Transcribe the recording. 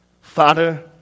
Father